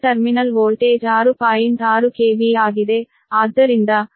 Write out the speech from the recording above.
6 KV ಆಗಿದೆ ಆದ್ದರಿಂದ base voltage ಸಹ 6